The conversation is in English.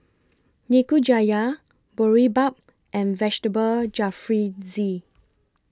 Nikujaga Boribap and Vegetable Jalfrezi